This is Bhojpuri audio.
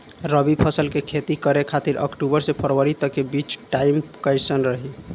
रबी फसल के खेती करे खातिर अक्तूबर से फरवरी तक के बीच मे टाइम कैसन रही?